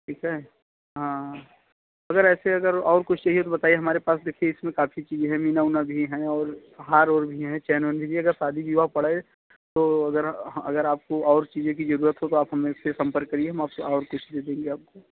ठीक है हाँ अगर ऐसे अगर और कुछ चाहिए तो बताइए हमारे पास देखिए इसमें काफ़ी चीज़ें हैं मीना ऊना भी है और हार वार भी है चैन वैन दीजिएगा शादी विवाह पड़े तो अगर अगर आपको और चीज़ों की ज़रूरत हो तो आप हमें इस पर संपर्क करिए हम आपको और क़िस्त दे देंगे आपको